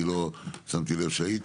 אני לא שמתי לב שהיית,